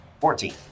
Fourteen